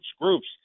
groups